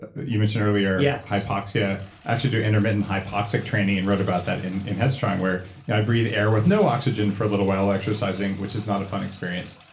ah you mentioned earlier yeah hypoxia. i actually do intermittent hypoxic training and wrote about that in in head strong, where and i breath air with no oxygen for a little while exercising, which is not a fun experience.